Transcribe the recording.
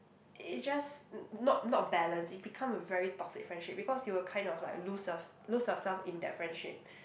it just n~ not not balanced it become a very toxic friendship because you will kind of like lose yourself lose yourself in that friendship